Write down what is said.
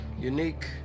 unique